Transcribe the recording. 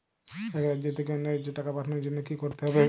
এক রাজ্য থেকে অন্য রাজ্যে টাকা পাঠানোর জন্য কী করতে হবে?